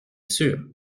sûr